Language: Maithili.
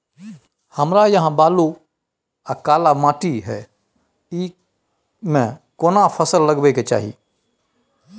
हमरा यहाँ बलूआ आर काला माटी हय ईमे केना फसल लगबै के चाही?